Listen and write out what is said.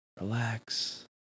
Relax